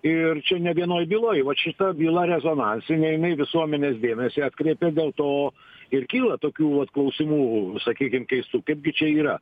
ir čia ne vienoj byloj vat šita byla rezonansinė jinai visuomenės dėmesį atkreipė dėl to ir kyla tokių klausimų sakykim keistų kaipgi čia yra